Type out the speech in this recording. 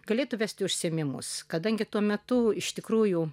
galėtų vesti užsiėmimus kadangi tuo metu iš tikrųjų